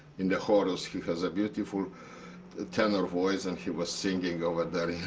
in the chorus. he has a beautiful tenor voice, and he was singing over there. yeah